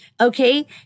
okay